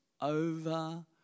over